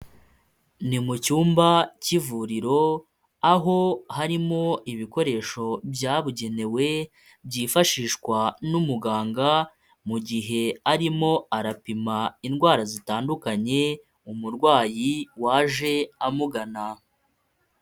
Ni mu cyumba cy'ivuriro aho harimo ibikoresho byabugenewe byifashishwa n'umuganga mu gihe arimo arapima indwara zitandukanye umurwayi waje amugana.